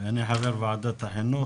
אני חבר ועדת החינוך.